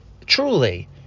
truly